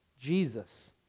Jesus